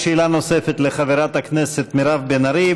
שאלה נוספת לחברת הכנסת מירב בן ארי,